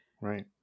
Right